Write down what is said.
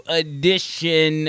edition